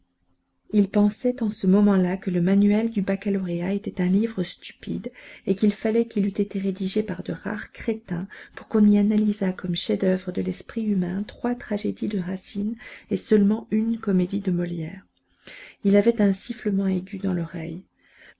il pensait en ce moment-là que le manuel du baccalauréat était un livre stupide et qu'il fallait qu'il eût été rédigé par de rares crétins pour qu'on y analysât comme chef-d'oeuvre de l'esprit humain trois tragédies de racine et seulement une comédie de molière il avait un sifflement aigu dans l'oreille